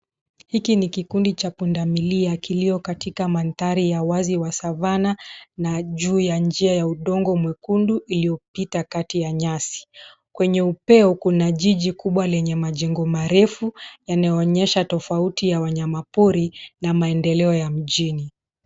Hiki ni kikundi cha pundamilia kilio katika mandhari ya wazi wa savannah na juu ya njia ya udongo mwekundu iliyopita kati ya nyasi. Kwenye upeo kuna jiji kubwa lenye majengo marefu yanayoonyesha tofauti ya wanyama pori na maendeleo ya mjini.